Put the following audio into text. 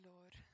Lord